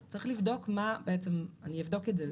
אז צריך בדוק בדיוק מה, אני אבדוק את זה.